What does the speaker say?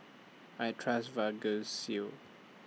I Trust Vagisil